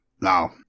Now